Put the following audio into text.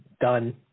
done